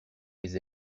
les